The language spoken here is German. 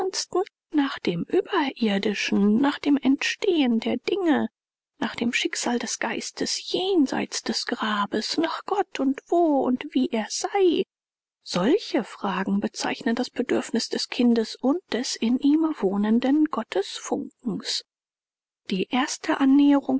nach dem überirdischen nach dem entstehen der dinge nach dem schicksal des geistes jenseits des grabes nach gott und wo und wie er sei solche fragen bezeichnen das bedürfnis des kindes und des in ihm wohnenden gottesfunkens die erste annäherung